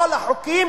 כל החוקים